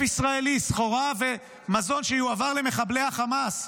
ישראלי סחורה ומזון שיועברו למחבלי החמאס,